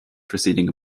preceding